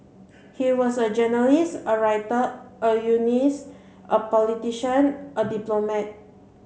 he was a journalist a writer a unionist a politician a diplomat